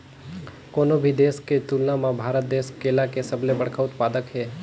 कोनो भी देश के तुलना म भारत देश केला के सबले बड़खा उत्पादक हे